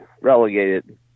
relegated